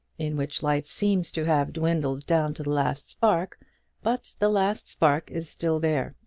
in which life seems to have, dwindled down to the last spark but the last spark is still there,